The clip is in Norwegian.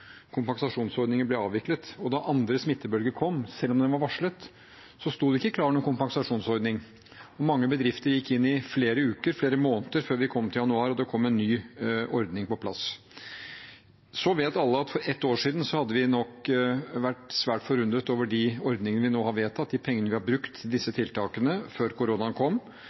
kompensasjonsordningen ble avviklet. Og da andre smittebølge kom, selv om den var varslet, sto det ikke klar en kompensasjonsordning. Mange bedrifter gikk i flere uker og flere måneder før vi kom til januar og det kom en ny ordning på plass. Så vet alle at for et år siden, før koronaen kom, hadde vi nok vært svært forundret over de ordningene vi nå har vedtatt, de pengene vi har brukt, disse tiltakene.